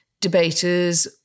debaters